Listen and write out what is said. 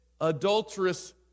adulterous